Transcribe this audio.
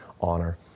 honor